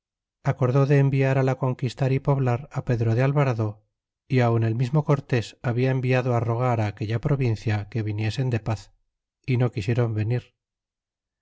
acordó de enviar la conquistar y poblar pedro de alvarado sí aun el mismo cortés habia enviado rogar aquella provincia que viniesen de paz sí no quisieron venir